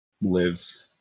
lives